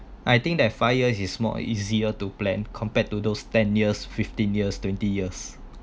I think that five years is more easier to plan compared to those ten years fifteen years twenty years